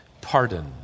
pardon